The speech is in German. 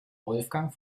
wolfgang